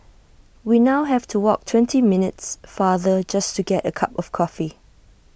we now have to walk twenty minutes farther just to get A cup of coffee